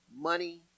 money